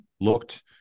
looked